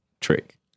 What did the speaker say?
trick